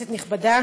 כנסת נכבדה,